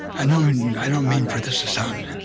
and um and i don't mean for this to sound, and